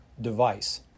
device